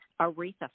Aretha